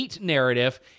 narrative